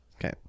okay